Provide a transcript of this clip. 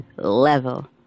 level